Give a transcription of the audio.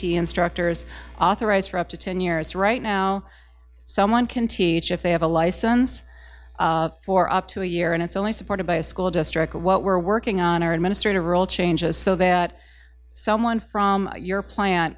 instructors authorized for up to ten years right now someone can teach if they have a license for up to a year and it's only supported by a school district what we're working on our administrative role changes so that someone from your plant